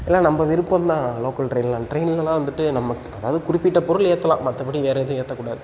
எல்லாம் நம்ம விருப்பம் தான் லோக்கல் ட்ரெயின்லாம் ட்ரெயின்லலாம் வந்துட்டு நம்ம அதாவது குறிப்பிட்ட பொருள் ஏற்றலாம் மற்றபடி வேறு எதுவும் ஏற்றக்கூடாது